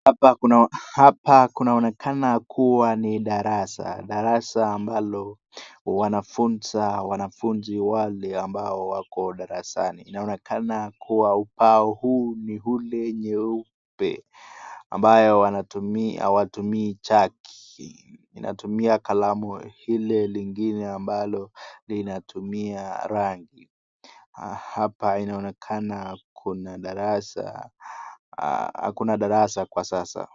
Hapa kunaonekana kuwa ni darasa darasa ambalo wanafunzi wali wako darasani inaonekana kuwa ubao huu ni hule nyeupe ambao hawatumi chaki inatumi kalamu hile lingine ambalo linatumia rangi, hapa inaonekana kuna darasa, hakuna darasa kwa sasa.